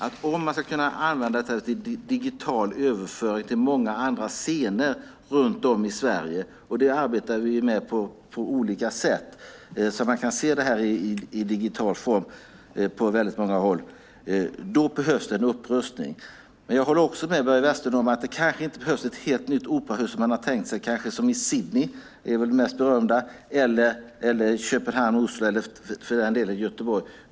Om man ska kunna använda sig av digital överföring till många andra scener runt om i Sverige - och det arbetar vi med på olika sätt - så att det här kan ses i digital form på många håll behövs det en upprustning. Jag håller också med Börje Vestlund om att det kanske inte behövs ett helt nytt operahus, som man har tänkt sig. Man har kanske tänkt sig ett som i Sydney - det är väl det mest berömda - eller i Köpenhamn, i Oslo eller för den delen i Göteborg.